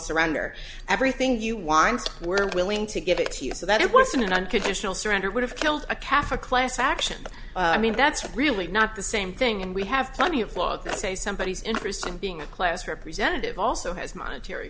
surrender everything you wanted were willing to give it to you so that it wasn't an unconditional surrender would have killed a calf a class action i mean that's really not the same thing and we have plenty of laws that say somebody is interested in being a class representative also has monetary